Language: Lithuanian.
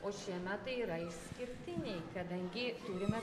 o šie metai yra išskirtiniai kadangi turime